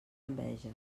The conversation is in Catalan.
enveja